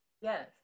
Yes